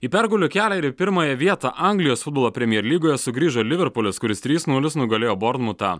į pergalių kelią ir į pirmąją vietą anglijos futbolo premjer lygoje sugrįžo liverpulis kuris trys nulis nugalėjo bornmutą